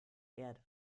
erde